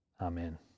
Amen